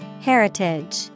Heritage